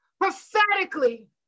prophetically